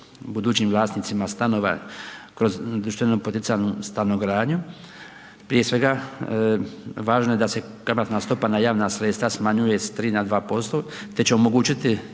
budućim vlasnicima stanova kroz društveno poticajnu stanogradnju. Prije svega važno je da se kamatna stopa na javna sredstva smanjuje sa 3 na 2% te će omogućiti